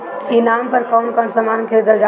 ई नाम पर कौन कौन समान खरीदल जा सकेला?